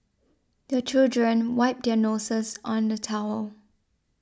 the children wipe their noses on the towel